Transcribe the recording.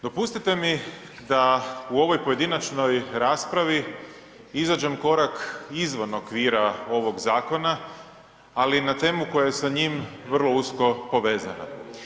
Dopustite mi da u ovoj pojedinačnoj raspravi izađem korak izvan okvira ovog zakona, ali na temu koja je sa njim vrlo usko povezana.